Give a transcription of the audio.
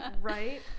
Right